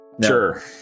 Sure